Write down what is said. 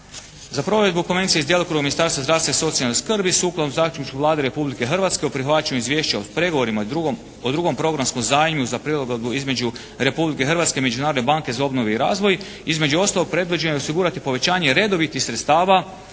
Za provedbu konvencije iz djelokruga Ministarstva zdravstva i socijalne skrbi sukladno zaključku Vlade Republike Hrvatske o prihvaćanju izvješća o pregovorima o drugom programskom zajmu za prilagodbu između Republike Hrvatske i Međunarodne banke za obnovu i razvoj između ostalog predviđeno je osigurati povećanje redovitih sredstava